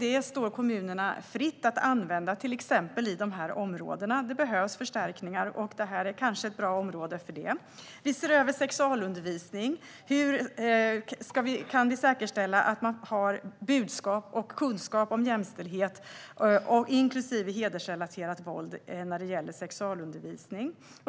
Det står kommunerna fritt att använda dessa medel till exempel i de områden där det behövs förstärkning. Detta är kanske ett bra område för det. Vi ser över sexualundervisningen: Hur kan vi säkerställa att man får ut budskap och kunskap om jämställdhet, inklusive hedersrelaterat våld, när det gäller sexualundervisning?